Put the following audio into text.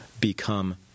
become